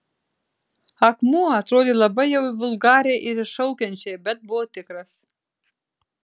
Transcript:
akmuo atrodė labai jau vulgariai ir iššaukiančiai bet buvo tikras